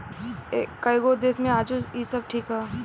कएगो देश मे आजो इ सब ठीक ह